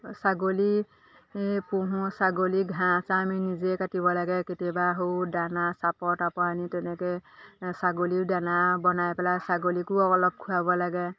ছাগলী পুহোঁ ছাগলী ঘাঁহ চাঁহ আমি নিজেই কাটিব লাগে কেতিয়াবা সৌ দানা চাপৰ তাপৰ আনি তেনেকৈ ছাগলীও দানা বনাই পেলাই ছাগলীকো অলপ খুৱাব লাগে